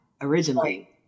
originally